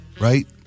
right